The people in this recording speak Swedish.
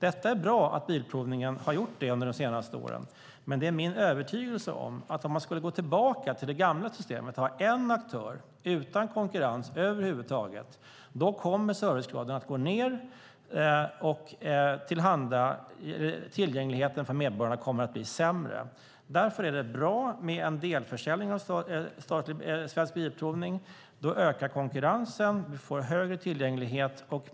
Det är bra att Bilprovningen har gjort det under de senaste åren, men det är min övertygelse att om man skulle gå tillbaka till det gamla systemet och ha bara en aktör utan konkurrens över huvud taget skulle servicegraden att gå ned och tillgängligheten för medborgarna bli sämre. Därför är det bra med en delförsäljning av Svensk Bilprovning. Då ökar konkurrensen och vi får en högre tillgänglighet.